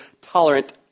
tolerant